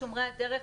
"שומרי הדרך",